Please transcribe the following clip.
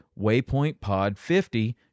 waypointpod50